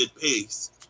pace